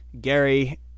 Gary